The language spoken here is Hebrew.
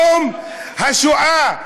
השואה,